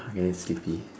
okay sleepy